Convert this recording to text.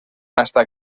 hasta